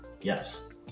yes